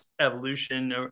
evolution